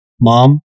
Mom